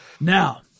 Now